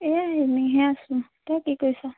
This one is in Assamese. এই এনেইহে আছোঁ তই কি কৰিছ